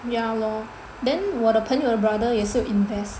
ya lor then 我的朋友的 brother 也是有 invest